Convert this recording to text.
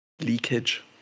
leakage